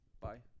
bye